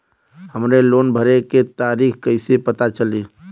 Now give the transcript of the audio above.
हमरे लोन भरे के तारीख कईसे पता चली?